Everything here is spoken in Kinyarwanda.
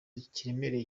kiremereye